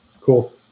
Cool